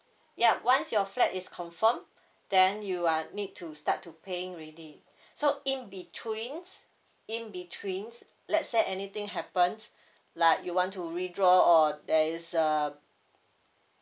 yup once your flat is confirmed then you are need to start to paying already so in betweens in betweens let's say anything happens like you want to withdraw or there is a